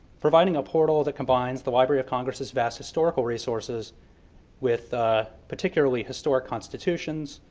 providing a portal that combines the library of congress's vast historical resources with ah particularly historic constitutions,